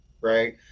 right